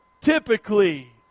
typically